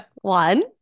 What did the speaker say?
one